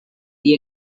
día